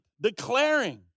declaring